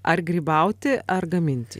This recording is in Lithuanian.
ar grybauti ar gaminti